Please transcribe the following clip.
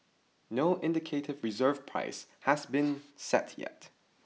no indicative reserve price has been set yet